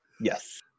Yes